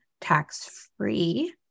tax-free